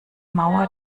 mauer